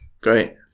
Great